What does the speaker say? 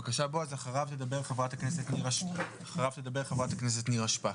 אחריו תדבר חברת הכנסת נירה שפק.